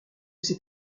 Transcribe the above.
ses